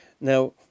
Now